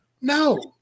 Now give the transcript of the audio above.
No